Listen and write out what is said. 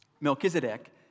Melchizedek